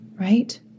Right